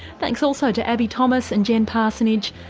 thanks also to abbie thomas and jen parsonage,